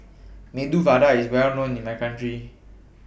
Medu Vada IS Well known in My Hometown